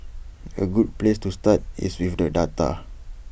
A good place to start is with the data